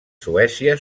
suècia